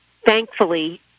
thankfully